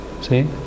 See